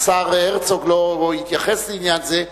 השר הרצוג לא התייחס לעניין זה,